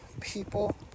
people